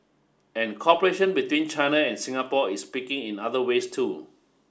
and cooperation between China and Singapore is picking in other ways too